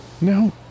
No